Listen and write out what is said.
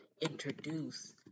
introduce